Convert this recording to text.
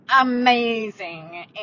amazing